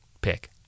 pick